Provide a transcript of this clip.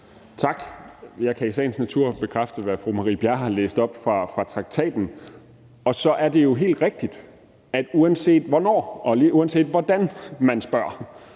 Tak. Jeg kan i sagens natur bekræfte, hvad fru Marie Bjerre har læst op fra traktaten. Og så er det jo helt rigtigt, at uanset hvornår og uanset hvordan man spørger,